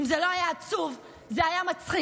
אם זה לא היה עצוב זה היה מצחיק.